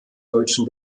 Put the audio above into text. deutschen